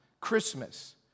Christmas